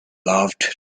loved